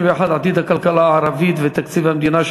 191: עתיד הכלכלה הערבית ותקציב המדינה,